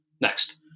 Next